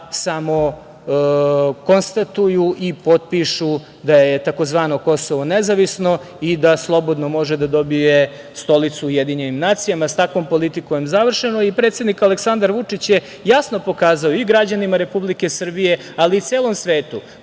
samo konstatuju i potpišu da je tzv. Kosovo nezavisno i da slobodno može da dobije stolicu u UN. Sa takvom politikom je završeno. Predsednik Aleksandar Vučić je jasno pokazao i građanima Republike Srbije, ali i celom svetu